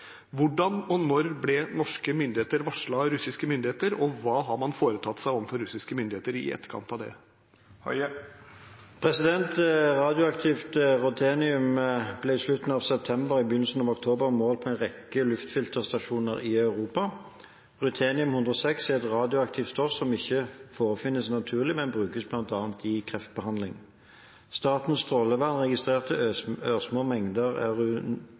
Hvordan og når ble norske myndigheter varslet av russiske myndigheter, og hva har en foretatt seg overfor russiske myndigheter i etterkant av dette?» Radioaktivt ruthenium ble i slutten av september og begynnelsen av oktober målt på en rekke luftfilterstasjoner i Europa. Ruthenium-106 er et radioaktivt stoff som ikke forefinnes naturlig, men brukes bl.a. i kreftbehandling. Statens strålevern registrerte ørsmå mengder